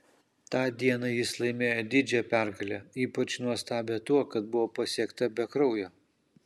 tą dieną jis laimėjo didžią pergalę ypač nuostabią tuo kad buvo pasiekta be kraujo